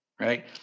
right